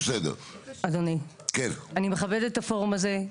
אדוני, אני מכבדת את הפורום הזה.